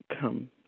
come